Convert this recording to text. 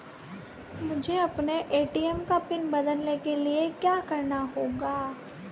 मुझे अपने ए.टी.एम का पिन बदलने के लिए क्या करना होगा?